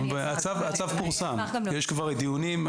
הצו פורסם ויש כבר דיונים.